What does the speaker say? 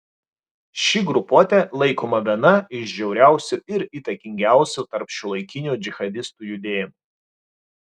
ši grupuotė laikoma viena iš žiauriausių ir įtakingiausių tarp šiuolaikinių džihadistų judėjimų